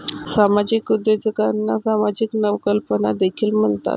सामाजिक उद्योजकांना सामाजिक नवकल्पना देखील म्हणतात